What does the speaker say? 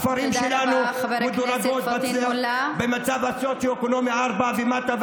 הכפרים שלנו מדורגים במצב הסוציו-אקונומי 4 ומטה,